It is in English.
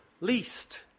least